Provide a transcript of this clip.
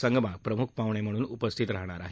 संगमा प्रमुख पाहुणे म्हणून उपस्थितीत राहणार आहेत